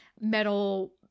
metal